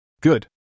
Good